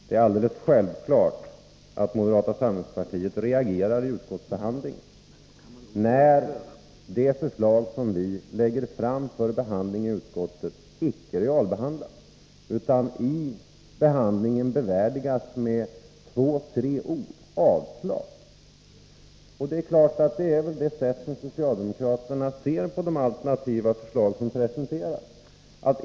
Det är alldeles självklart att moderata samlingspartiet reagerar vid utskottsbehandlingen när det förslag som vi lägger fram för behandling i utskottet icke realbehandlas utan i behandlingen bara bevärdigas med två tre ord om avslag. Det är väl så socialdemokraterna ser på de alternativa förslag som presenteras.